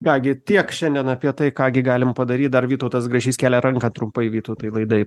ką gi tiek šiandien apie tai ką gi galim padaryt dar vytautas grašys kelia ranką trumpai vytautai laida į